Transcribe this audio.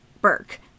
Burke